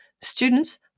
students